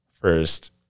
first